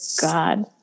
God